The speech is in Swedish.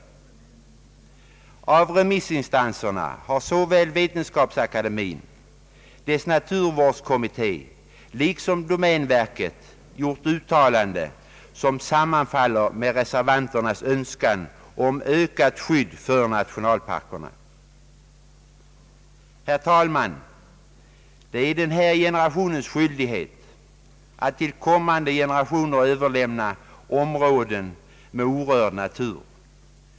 Av remissinstanserna har såväl Vetenskapsakademien och dess naturvårdskommitté som :domänverket gjort uttalanden som sammanfaller med reservanternas önskan om ökat skydd för nationalparkerna. Herr talman! Det är denna generations skyldighet att till kommande generationer överlämna områden med orörd natur.